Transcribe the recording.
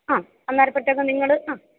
ആ അന്നേരപെട്ടങ് നിങ്ങൾ ആ